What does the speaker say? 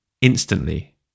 instantly